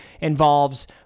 involves